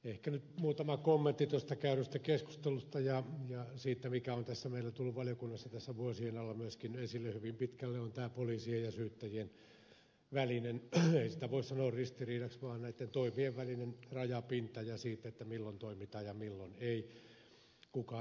ehkä nyt muutama kommentti tuosta käydystä keskustelusta ja siitä mikä on tässä meillä tullut valiokunnassa vuosien alla myöskin esille hyvin pitkälle eli tämä poliisien ja syyttäjien välinen ei sitä voi sanoa ristiriidaksi vaan näitten toimien välinen rajapinta ja se milloin toimitaan ja milloin ei kuka vetää esitutkintaa